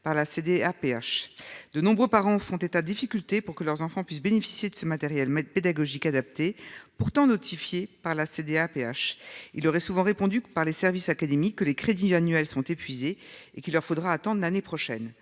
par la CDA à Ph de nombreux parents font état, difficultés pour que leurs enfants puissent bénéficier de ce matériel pédagogiques adaptés pourtant notifié par la CEDEAO PH, il aurait souvent répondu que par les services académiques que les crédits annuels seront épuisées et qu'il leur faudra attendre l'année prochaine,